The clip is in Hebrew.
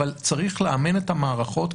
אבל צריך לאמן את המערכות,